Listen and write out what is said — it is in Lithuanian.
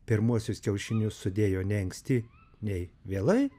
pirmuosius kiaušinius sudėjo nei anksti nei vėlai